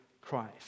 Christ